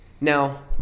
Now